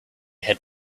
had